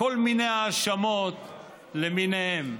כל מיני האשמות למיניהן.